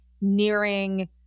nearing